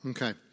Okay